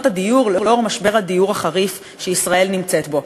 הדיור לאור משבר הדיור החריף שישראל נמצאת בו.